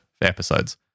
episodes